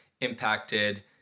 impacted